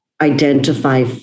identify